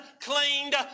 cleaned